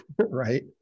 right